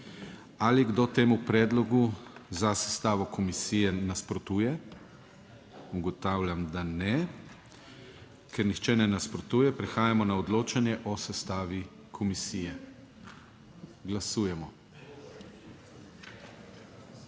Ali kdo temu predlogu za sestavo komisije nasprotuje? Ugotavljam, da ne. Ker nihče ne nasprotuje, prehajamo na odločanje o sestavi komisije. Glasujemo.